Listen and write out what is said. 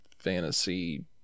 fantasy